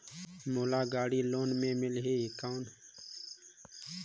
मोला गाड़ी लोन मिलही कौन?